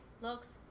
looks